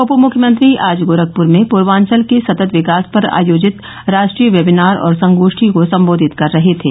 उपमुख्यमंत्री आज गोरखपुर में पूर्वांचल के सतत् विकास पर आयोजित राष्ट्रीय वेबिनार और संगोष्ठी को सम्बोधित कर रहे थे